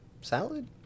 salad